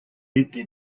était